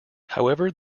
however